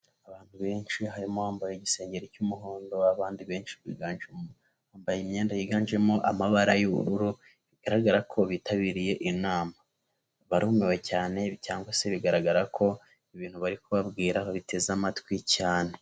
Abantu benshi harimo wbambaye igisengeri cy'umuhondo, abandidi benshi biganje bambaye imyenda yiganjemo amabara y'ubururu bigaragara ko bitabiriye inama barumiwe cyane cyangwa se bigaragara ko ibintu bari kubabwiraho babiteze amatwi cyane.